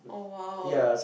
oh !wow!